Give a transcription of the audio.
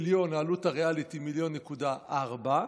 העלות הריאלית של גן ילדים בישראל היא 1.4 מיליון,